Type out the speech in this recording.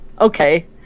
Okay